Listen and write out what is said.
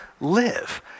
live